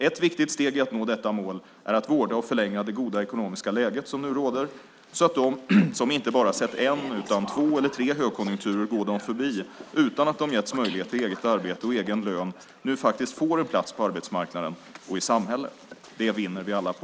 Ett viktigt steg i att nå detta mål är att vårda och förlänga det goda ekonomiska läge som nu råder så att de som inte bara sett en, utan två eller tre högkonjunkturer gå dem förbi utan att de getts möjlighet till eget arbete och egen lön, nu faktiskt får en plats på arbetsmarknaden och i samhället. Det vinner vi alla på.